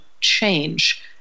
change